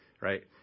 right